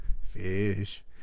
Fish